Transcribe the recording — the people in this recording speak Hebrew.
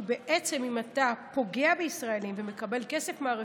כי אם אתה פוגע בישראלי ומקבל כסף מהרשות,